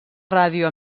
ràdio